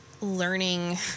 learning